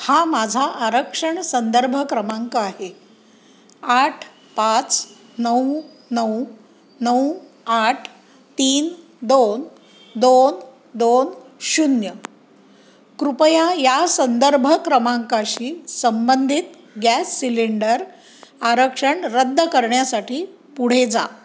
माझा आरक्षण संदर्भ क्रमांक आहे आठ पाच नऊ नऊ नऊ आठ तीन दोन दोन दोन शून्य कृपया या संदर्भ क्रमांकाशी संबंधित गॅस सिलेंडर आरक्षण रद्द करण्यासाठी पुढे जा